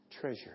treasure